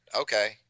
Okay